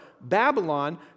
Babylon